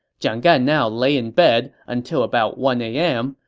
jiang gan now lay in bed until about one a m.